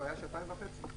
הוא היה שעתיים וחצי.